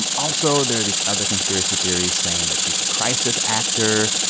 um also there are these other conspiracy theories saying that she's a crisis actor.